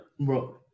Bro